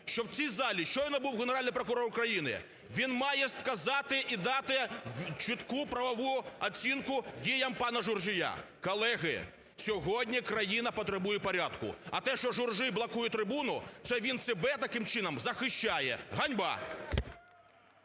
що в цій залі щойно був Генеральний прокурор України, він має сказати і дати чітку правову оцінку діям пана Журжія. Колеги, сьогодні країна потребує порядку. А те, що Журжій блокує трибуну, це він себе таким чином захищає. Ганьба!